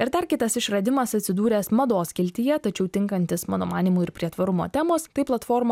ir dar kitas išradimas atsidūręs mados skiltyje tačiau tinkantis mano manymu ir prie tvarumo temos tai platforma